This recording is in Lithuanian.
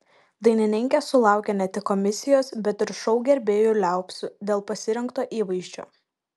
dainininkė sulaukė ne tik komisijos bet ir šou gerbėjų liaupsių dėl pasirinkto įvaizdžio